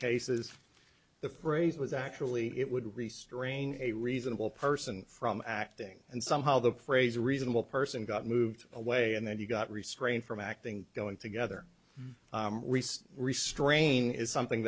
cases the phrase was actually it would restrain a reasonable person from acting and somehow the phrase a reasonable person got moved away and then he got restrained from acting going together restrain is something